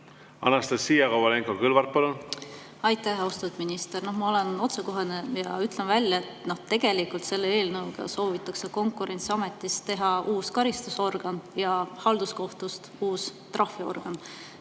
Anastassia Kovalenko-Kõlvart, palun! Aitäh! Austatud minister! Ma olen otsekohene ja ütlen välja, et tegelikult selle eelnõuga soovitakse Konkurentsiametist teha uus karistusorgan ja halduskohtust uus trahviorgan.